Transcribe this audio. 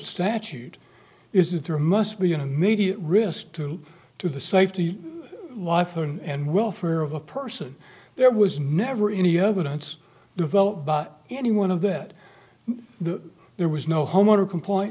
statute is that there must be an immediate risk to the safety life and welfare of a person there was never any evidence developed by anyone of that there was no homeowner complaint